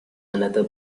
another